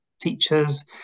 teachers